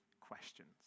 questions